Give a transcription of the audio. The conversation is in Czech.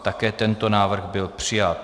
Také tento návrh byl přijat.